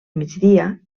migdia